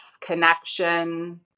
connection